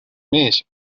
mees